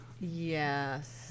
Yes